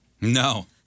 No